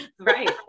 Right